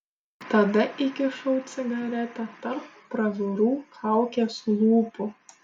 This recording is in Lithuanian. tada įkišau cigaretę tarp pravirų kaukės lūpų